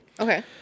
Okay